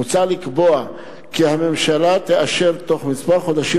מוצע לקבוע כי הממשלה תאשר בתוך כמה חודשים